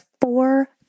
four